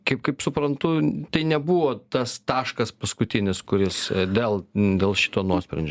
kaip kaip suprantu tai nebuvo tas taškas paskutinis kuris dėl dėl šito nuosprendžio